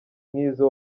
nk’izo